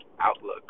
outlook